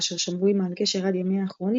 אשר שמרו עימה על קשר עד ימיה האחרונים,